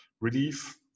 relief